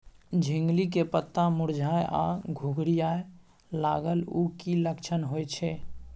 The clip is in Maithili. झिंगली के पत्ता मुरझाय आ घुघरीया लागल उ कि लक्षण होय छै?